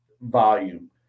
volume